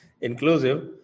inclusive